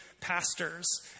pastors